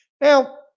Now